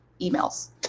emails